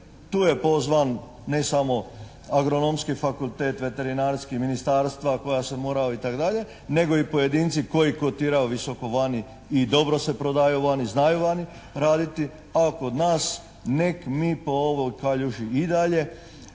Tu je pozvan ne samo Agronomski fakultet, Veterinarski, ministarstva koja se moraju, itd. nego i pojedinci koji kotiraju visoko vani i dobro se prodaju vani, znaju vani raditi, a kod nas nek mi po ovoj kaljuži i dalje